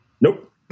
Nope